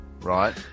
right